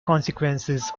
consequences